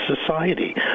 society